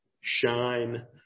shine